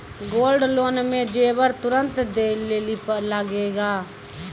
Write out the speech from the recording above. Gold loan मे जेबर तुरंत दै लेली लागेया?